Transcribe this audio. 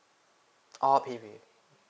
oh paywave